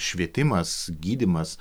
švietimas gydymas